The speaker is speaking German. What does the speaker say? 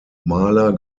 maler